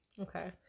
Okay